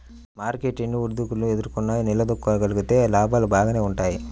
market ఎన్ని ఒడిదుడుకులు ఎదుర్కొన్నా నిలదొక్కుకోగలిగితే లాభాలు బాగానే వుంటయ్యి